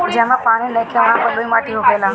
जहवा पानी नइखे उहा बलुई माटी होखेला